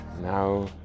now